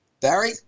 Barry